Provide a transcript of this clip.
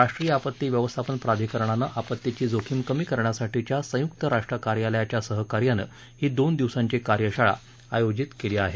राष्ट्रीय आपती व्यवस्थापन प्रधिकरणानं आपतीची जोखीम कमी करण्यासाठीच्या संय्क्त राष्ट्र कार्यालयाच्या सहकार्यानं ही दोन दिवसांची कार्यशाळा आयोजित केली आहे